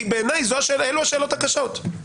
כי בעיניי אלו השאלות הקשות.